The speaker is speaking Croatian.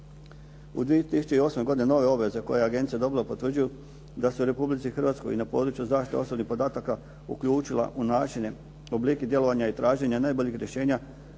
U 2008. godini nove obveze koje je agencija dobila potvrđuju da se u Republici Hrvatskoj na području zaštite osobnih podataka uključila u načine i oblik i djelovanja i traženja najboljeg rješenja